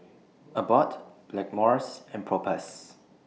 Abbott Blackmores and Propass